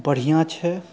बढ़िआँ छै